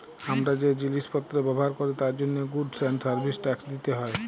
হামরা যে জিলিস পত্র ব্যবহার ক্যরি তার জন্হে গুডস এন্ড সার্ভিস ট্যাক্স দিতে হ্যয়